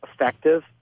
effective